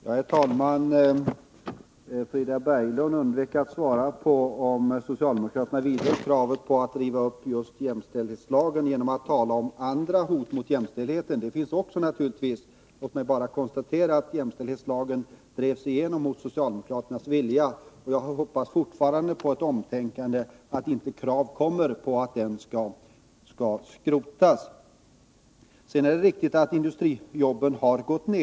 Herr talman! Frida Berglund undvek att svara på frågan, om socialdemokraterna vidhåller kravet på att riva upp just jämställdhetslagen och talade i stället om andra hot mot jämställdheten. Sådana finns naturligtvis också. Låt mig bara konstatera att jämställdhetslagen drevs igenom mot socialdemokraternas vilja. Jag hoppas fortfarande på ett omtänkande, så att inte krav framställs om att den skall skrotas. Det är riktigt att antalet industrijobb har gått ned.